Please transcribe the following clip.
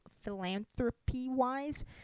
philanthropy-wise